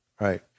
Right